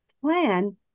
plan